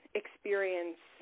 experience